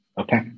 Okay